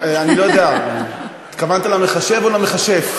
אני לא יודע, התכוונת למחשב או למכשף?